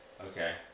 Okay